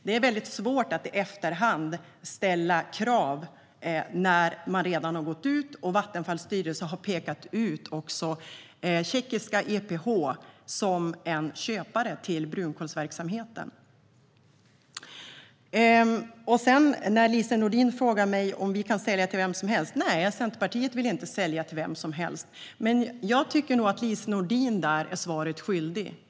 Det är svårt att i efterhand ställa krav när man redan har gått ut och Vattenfalls styrelse också har pekat ut tjeckiska EPH som köpare av brunkolsverksamheten. Lise Nordin frågar mig om vi kan sälja till vem som helst. Nej, Centerpartiet vill inte sälja till vem som helst. Men jag tycker nog att Lise Nordin är svaret skyldig.